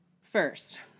First